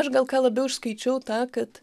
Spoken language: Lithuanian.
aš gal ką labiau išskaičiau tą kad